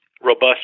robust